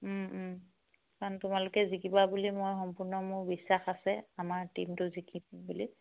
কাৰণ তোমালোকে জিকিবা বুলি মই সম্পূৰ্ণ মোৰ বিশ্বাস আছে আমাৰ টীমটো জিকিব বুলি